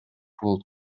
gold